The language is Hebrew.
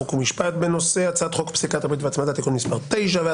חוק ומשפט בנושא הצעת חוק פסיקת ריבית והצמדה (תיקון מס' 9),